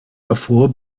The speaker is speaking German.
davor